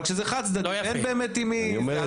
כשזה חד צדדי, אין באמת עם מי.